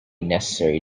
necessary